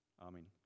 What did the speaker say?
Amen